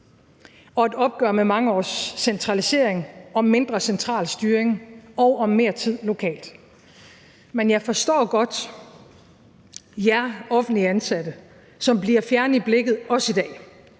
og et opgør med mange års centralisering og om mindre central styring og mere tid lokalt. Men jeg forstår godt jer offentligt ansatte, som bliver fjerne i blikket i dag,